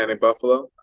Buffalo